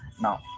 now